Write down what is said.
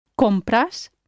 compras